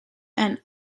and